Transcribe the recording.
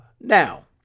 Now